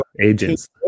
agents